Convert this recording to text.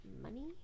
money